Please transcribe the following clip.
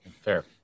Fair